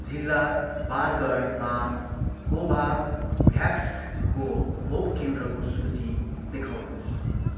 जिल्ला बारगढमा कोभाभ्याक्सको खोप केन्द्रको सूची देखाउनुहोस्